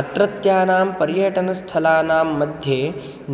अत्रत्यानां पर्यटनस्थलानां मध्ये